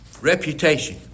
Reputation